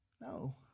No